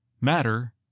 Matter